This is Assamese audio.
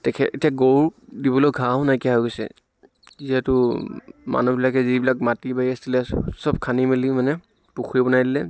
তেখে এতিয়া গৰু দিবলৈ ঘাঁহো নাইকীয়া হৈ গৈছে যিহেতু মানুহবিলাকে যিবিলাক মাটি বাৰী আছিলে চব খান্দি মেলি মানে পুখুৰী বনাই ল'লে